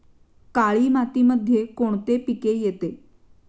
काळी मातीमध्ये कोणते पिके येते?